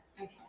Okay